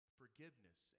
forgiveness